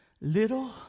Little